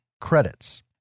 Credits